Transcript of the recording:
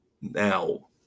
Now